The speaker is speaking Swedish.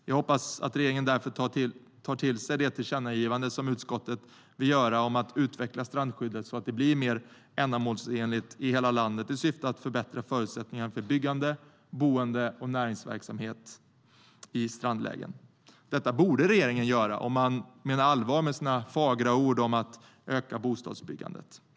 Jag hoppas därför att regeringen tar till sig det tillkännagivande som utskottet gör om att utveckla strandskyddet, så att det blir mer ändamålsenligt i hela landet i syfte att förbättra förutsättningarna för byggande, boende och näringsverksamhet i strandlägen. Detta borde regeringen göra om man menar allvar med sina fagra ord om att öka bostadsbyggandet.